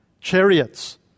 chariots